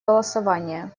голосования